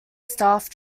staff